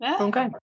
Okay